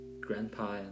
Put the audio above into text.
grandpa